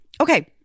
okay